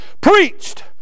preached